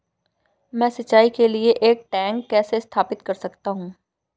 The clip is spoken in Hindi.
मैं सिंचाई के लिए एक टैंक कैसे स्थापित कर सकता हूँ?